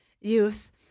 youth